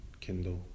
Kindle